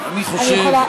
כן, אני באמת שואל למה.